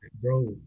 bro